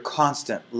constant